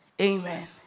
Amen